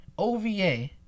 OVA